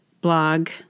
blog